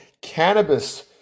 cannabis